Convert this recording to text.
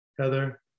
Heather